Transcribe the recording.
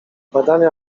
badania